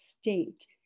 state